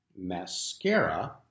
mascara